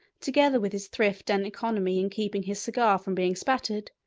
together with his thrift and economy in keeping his cigar from being spattered,